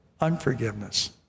Unforgiveness